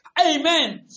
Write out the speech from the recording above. amen